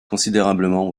considérablement